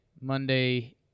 Monday